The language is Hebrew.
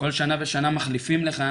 כל שנה ושנה מחליפים לך,